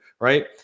right